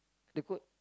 the code